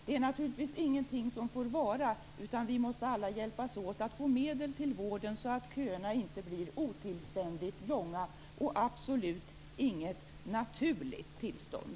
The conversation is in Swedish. Det är naturligtvis ingenting som skall få vara, utan vi måste alla hjälpas åt att få medel till vården så att köerna inte blir otillständigt långa och absolut inte något naturligt tillstånd.